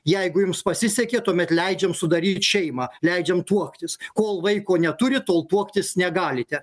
jeigu jums pasisekė tuomet leidžiam sudaryt šeimą leidžiam tuoktis kol vaiko neturi tol tuoktis negalite